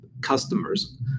customers